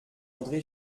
andré